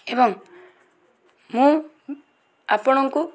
ଏବଂ ମୁଁ ଆପଣଙ୍କୁ